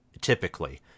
typically